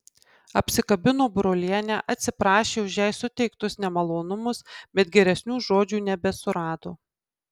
apsikabino brolienę atsiprašė už jai suteiktus nemalonumus bet geresnių žodžių nebesurado